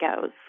goes